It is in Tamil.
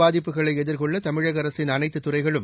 பாதிப்புகளைஎதிர்கொள்ளதமிழகஅரசின் அனைத்துதுறைகளும்